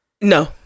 no